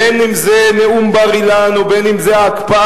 בין אם זה נאום בר-אילן ובין אם זה ההקפאה,